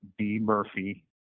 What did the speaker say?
bmurphy